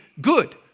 good